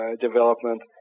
development